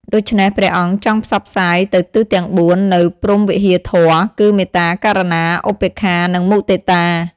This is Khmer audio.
ដូច្នេះ ព្រះអង្គចង់ផ្សព្វផ្សាយទៅទិសទាំង៤ នូវព្រហ្មវិហារធម៌ គឺមេត្តា ករុណា ឧបេក្ខា និងមុទិតា។